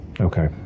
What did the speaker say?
Okay